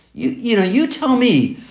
you you know, you tell me,